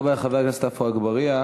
תודה רבה לחבר הכנסת עפו אגבאריה.